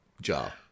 jar